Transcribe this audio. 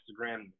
Instagram